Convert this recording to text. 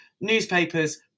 newspapers